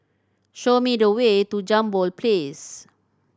show me the way to Jambol Place